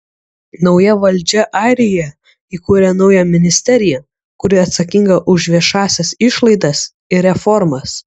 nauja valdžia airijoje įkūrė naują ministeriją kuri atsakinga už viešąsias išlaidas ir reformas